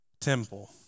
temple